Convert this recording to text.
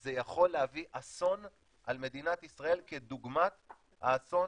זה יכול להביא אסון על מדינת ישראל כדוגמת האסון